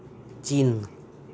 ᱪᱤᱱ